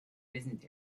business